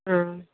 ꯑꯥ